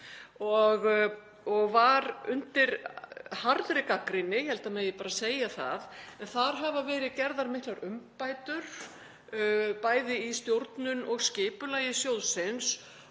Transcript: og var undir harðri gagnrýni, ég held að það megi bara segja það. En það hafa verið gerðar miklar umbætur bæði í stjórnun og skipulagi sjóðsins